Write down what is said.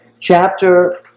Chapter